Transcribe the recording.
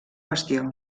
qüestió